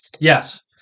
Yes